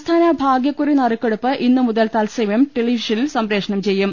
സംസ്ഥാന ഭാഗ്യക്കുറി നറുക്കെടുപ്പ് ഇന്നുമുതൽ തത്സമയം ടെലിവിഷനിൽ സംപ്രേഷണം ചെയ്യും